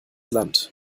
land